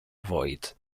void